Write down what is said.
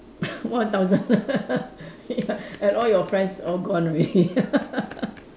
one thousand ya and all your friends all gone already